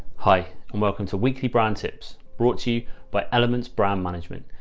hi, and welcome to weekly brand tips brought to you by elements, brand management,